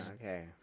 Okay